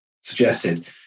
suggested